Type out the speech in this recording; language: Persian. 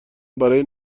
برای